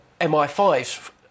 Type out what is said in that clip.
MI5's